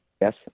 Yes